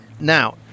Now